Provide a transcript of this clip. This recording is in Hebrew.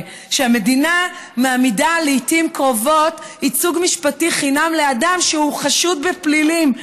המדינה מעמידה לעיתים קרובות ייצוג משפטי חינם לאדם שהוא חשוד בפלילים,